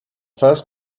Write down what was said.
first